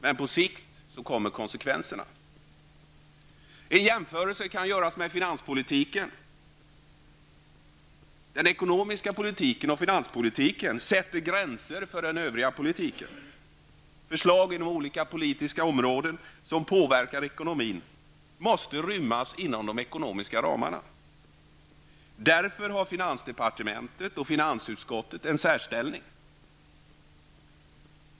Men på sikt kommer konsekvenserna. En jämförelse kan göras med finanspolitiken. Den ekonomiska politiken och finanspolitiken sätter gränser för den övriga politiken. Förslag inom olika politiska områden som påverkar ekonomin måste rymmas inom de ekonomiska ramarna. Därför har finansdepartementet och finansutskottet en särställning.